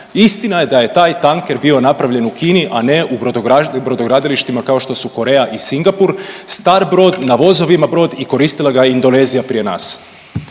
istina je da je taj tanker bio napravljen u Kini, a ne u brodogradilištima kao što su Koreja i Singapur, star brod, na vozovima brod i koristila ga je Indonezija prije nas.